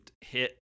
hit